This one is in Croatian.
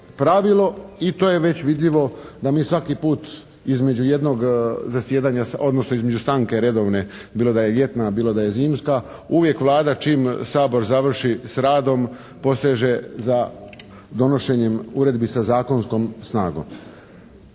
pravilo i to je već vidljivo da mi svaki put između jednog zasjedanja odnosno između stanke redovne bilo da je ljetna bilo da je zimska, uvijek Vlada čim Sabor završi s radom poseže za donošenjem uredbi sa zakonskom snagom.